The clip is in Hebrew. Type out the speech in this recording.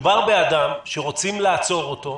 מדובר באדם שרוצים לעצור אותו,